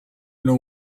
know